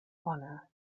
honor